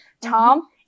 Tom